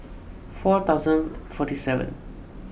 four thousand forty seven